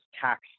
tax